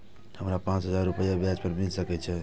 हमरा पाँच हजार रुपया ब्याज पर मिल सके छे?